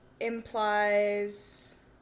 Implies